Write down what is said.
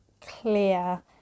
clear